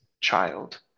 child